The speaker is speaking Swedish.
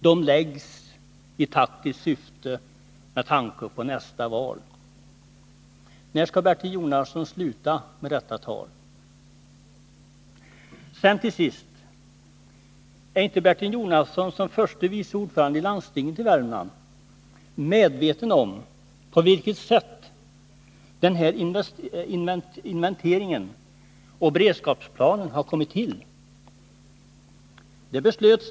De läggs fram i taktiskt syfte med tanke på nästa val. När skall Bertil Jonasson sluta med detta tal? Jag vill till sist fråga om inte Bertil Jonasson i sin egenskap av förste vice ordförande i landstinget i Värmland är medveten om på vilket sätt den här inventeringen och beredskapsplanen har kommit till?